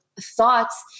thoughts